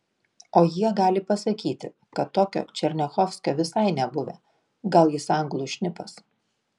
o jie gali pasakyti kad tokio černiachovskio visai nebuvę gal jis anglų šnipas